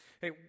Hey